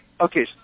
Okay